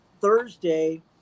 Thursday